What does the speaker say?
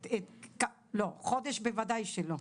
לא, חודש בוודאי שלא.